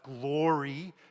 glory